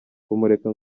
kumureka